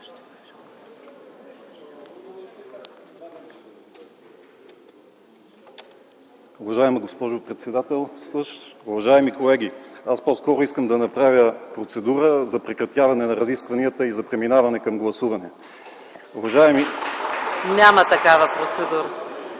Няма такава процедура.